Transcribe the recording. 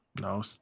No